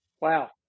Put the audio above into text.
wow